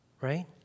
Right